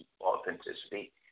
authenticity